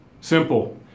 Simple